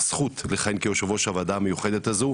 זכות לכהן כיושב ראש הוועדה המיוחדת הזו,